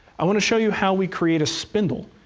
i want to show you how we create a spindle,